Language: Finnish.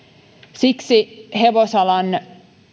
siksi hevosalan